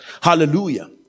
hallelujah